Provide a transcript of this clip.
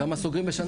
כמה סוגרים בשנה?